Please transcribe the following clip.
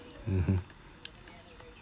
mmhmm